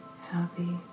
happy